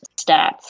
stats